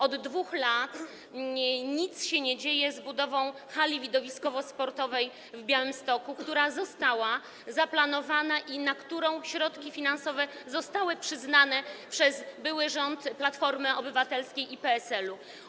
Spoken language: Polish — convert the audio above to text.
Od 2 lat nic się nie dzieje z budową hali widowiskowo-sportowej w Białymstoku, która została zaplanowana i na którą środki finansowe zostały przyznane przez były rząd Platformy Obywatelskiej i PSL-u.